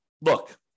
look